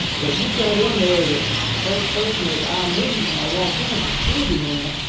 but if you've got in there that the first person that i meet when i walk in as a security man,